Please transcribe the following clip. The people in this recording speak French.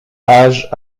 âge